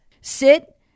sit